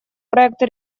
проекта